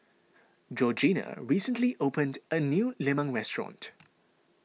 Georgina recently opened a new Lemang restaurant